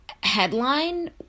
headline